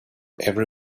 every